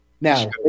Now